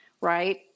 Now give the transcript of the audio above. right